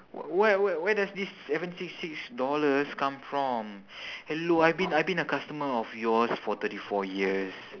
w~ where where where does this seven six six dollars come from hello I been I been a customer of yours for thirty four years